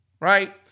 right